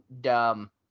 dumb